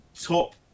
top